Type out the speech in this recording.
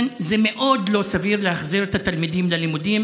זה מאוד לא סביר להחזיר את התלמידים ללימודים